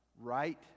right